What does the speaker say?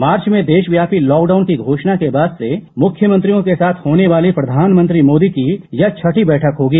मार्च में देशव्यापी लॉकडाउन की घोषणा के बाद से मुख्यमंत्रियों के साथ होने वाली प्रधानमंत्री मोदी की यह छठी बैठक होगी